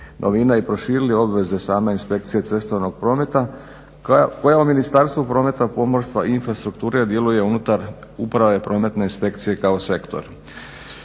novine i proširili obveze same inspekcije cestovnog prometa koja u Ministarstvu prometa, pomorstva i infrastrukture djeluje unutar Uprave prometne inspekcije kao sektor.